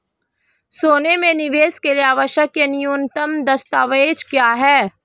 सोने में निवेश के लिए आवश्यक न्यूनतम दस्तावेज़ क्या हैं?